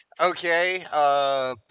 Okay